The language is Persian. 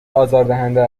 آزاردهنده